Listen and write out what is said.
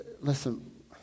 Listen